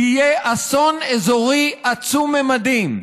תהיה אסון אזורי עצום ממדים.